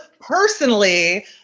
personally